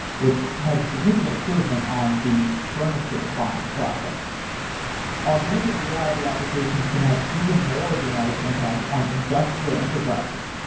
which has a significant improvement on the furniture buying process augmented reality applications can have even more dramatic impact on industrial enterprises.